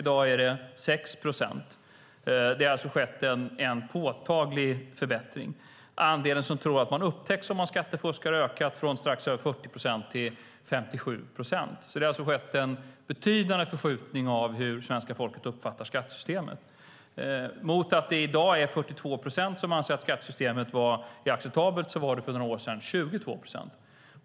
I dag är det 6 procent. Det har alltså skett en påtaglig förbättring. Andelen som tror att man upptäcks om man skattefuskar har ökat från strax över 40 procent till 57 procent. Det har alltså skett en betydande förskjutning av hur svenska folket uppfattar skattesystemet. Mot att det i dag är 42 procent som anser att skattesystemet är acceptabelt var det för några år sedan 22 procent.